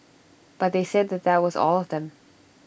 but they said that that was all of them